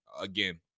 again